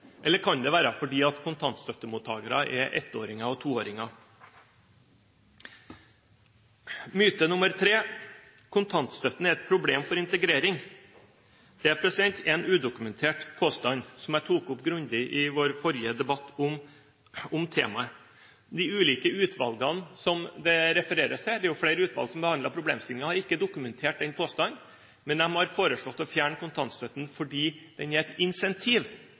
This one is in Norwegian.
Eller kan det være fordi kontantstøttemottakere er ettåringer og toåringer? Myte nr. tre: Kontantstøtten er et problem for integrering. Det er en udokumentert påstand som jeg tok opp grundig i vår forrige debatt om temaet. De ulike utvalgene som det refereres til – det er jo flere utvalg som har behandlet problemstillingen – har ikke dokumentert den påstanden, men de har foreslått å fjerne kontantstøtten fordi den er et